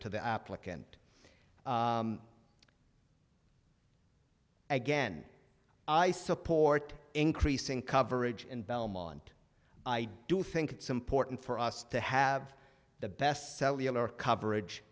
to the applicant again i support increasing coverage in belmont i do think it's important for us to have the best cellular coverage